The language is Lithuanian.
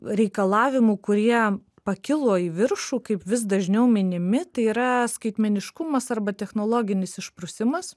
reikalavimų kurie pakilo į viršų kaip vis dažniau minimi tai yra skaitmeniškumas arba technologinis išprusimas